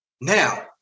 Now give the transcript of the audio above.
Now